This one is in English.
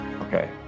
Okay